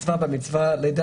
חתונה, בר מצווה, בת מצווה.